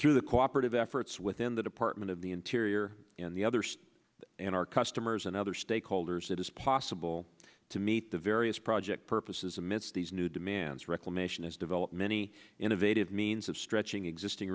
through the cooperative efforts within the department of the interior and the others and our customers and other stakeholders it is possible to meet the various project purposes amidst these new demands reclamation is develop many innovative means of stretching existing